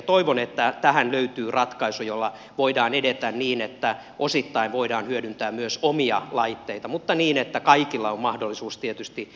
toivon että tähän löytyy ratkaisu jolla voidaan edetä niin että osittain voidaan hyödyntää myös omia laitteita mutta niin että kaikilla on mahdollisuus tietysti tuohon opetukseen